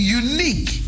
unique